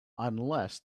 unless